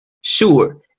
sure